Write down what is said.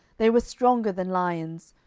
they were stronger than lions.